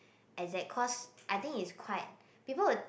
exact cause I think it's quite people would